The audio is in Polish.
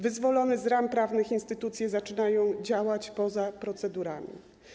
Wyzwolone z ram prawnych instytucje zaczynają działać poza procedurami.